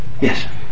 Yes